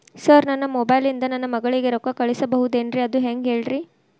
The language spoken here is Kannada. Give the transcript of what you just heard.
ಸರ್ ನನ್ನ ಮೊಬೈಲ್ ಇಂದ ನನ್ನ ಮಗಳಿಗೆ ರೊಕ್ಕಾ ಕಳಿಸಬಹುದೇನ್ರಿ ಅದು ಹೆಂಗ್ ಹೇಳ್ರಿ